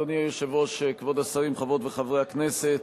אדוני היושב-ראש, כבוד השרים, חברות וחברי הכנסת,